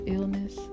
Illness